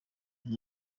ziri